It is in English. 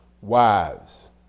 wives